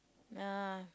uh